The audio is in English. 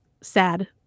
sad